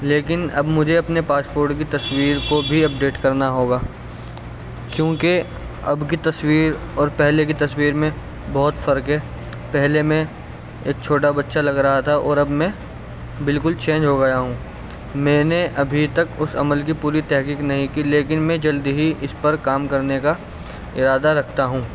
لیکن اب مجھے اپنے پاسپورٹ کی تصویر کو بھی اپڈیٹ کرنا ہوگا کیونکہ اب کی تصویر اور پہلے کی تصویر میں بہت فرق ہے پہلے میں ایک چھوٹا بچہ لگا رہا تھا اور اب میں بالکل چینج ہو گیا ہوں میں نے ابھی تک اس عمل کی پوری تحقیق نہیں کی لیکن میں جلدی ہی اس پر کام کرنے کا ارادہ رکھتا ہوں